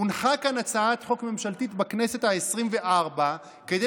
הונחה כאן הצעת חוק ממשלתית בכנסת העשרים-וארבע כדי